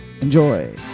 Enjoy